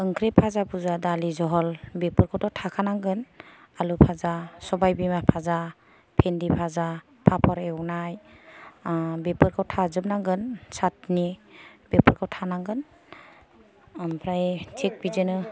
ओंख्रि बाजा बुजा दालि जहल बिफोरखौथ' थाखानांगोन आलु बाजा सबाय बिमा बाजा बिन्दि बाजा फापर एवनाय बेफोरखौ थाजोबनांगोन चाटनि बेफोरखौ थानांगोन ओमफ्राय थिग बिदिनो